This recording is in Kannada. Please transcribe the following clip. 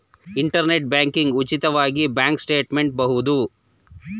ಇಂಟರ್ನೆಟ್ ಬ್ಯಾಂಕಿಂಗ್ ಉಚಿತವಾಗಿ ಬ್ಯಾಂಕ್ ಸ್ಟೇಟ್ಮೆಂಟ್ ಬಹುದು